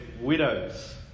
widows